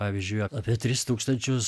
pavyzdžiui apie tris tūkstančius